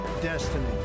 destiny